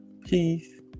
peace